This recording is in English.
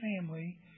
family